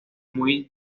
muy